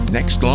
Next